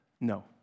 no